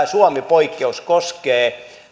suomi poikkeus koskee